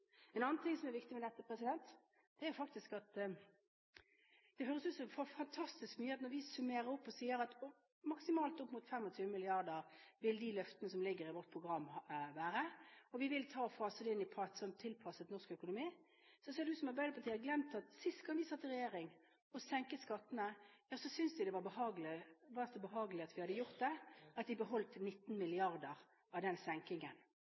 En annen ting som er viktig med dette, er – det høres ut som om vi får fantastisk mye – at når vi summerer opp og sier at de løftene som ligger i vårt program, vil være maksimalt opp mot 25 mrd. kr, og at vi vil fase det inn, tilpasset norsk økonomi, ser det ut som Arbeiderpartiet har glemt at sist vi satt i regjering og senket skattene, syntes de det var så behagelig at vi hadde gjort det, at de beholdt 19 mrd. kr av den senkingen.